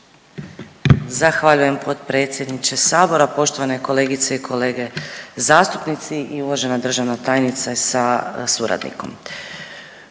Zahvaljujem potpredsjedniče Sabora, poštovane kolegice i kolege zastupnici i uvažena državna tajnice sa suradnikom.